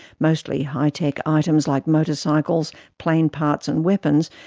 mostly high-tech items like motor cycles, plane parts and weapons,